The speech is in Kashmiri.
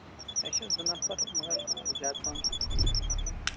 أسۍ چھِ زٕ نَفَر مگر زیادٕ پَہَم چھُس بہٕ کُنی زوٚن آسان تہٕ